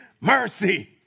mercy